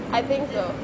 I think so